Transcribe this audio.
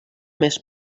més